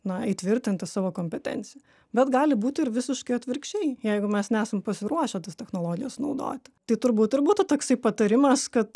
na įtvirtinti savo kompetenciją bet gali būti ir visiškai atvirkščiai jeigu mes nesam pasiruošę tas technologijas naudoti tai turbūt ir būtų toksai patarimas kad